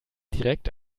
direkt